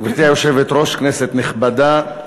גברתי היושבת-ראש, כנסת נכבדה,